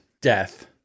death